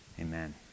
Amen